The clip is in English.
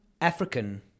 African